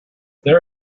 there